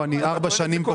אני כאן ארבע שנים.